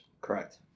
Correct